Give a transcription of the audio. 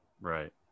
Right